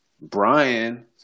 Brian